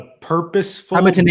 purposeful